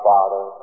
Father